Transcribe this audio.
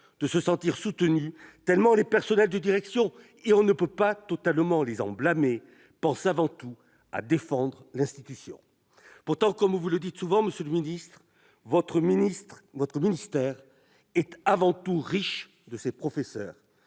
de se sentir soutenus, tant les personnels de direction- on ne peut totalement les en blâmer -pensent avant tout à défendre l'institution. Pourtant, comme vous le dites souvent, votre ministère est avant tout riche de ses professeurs.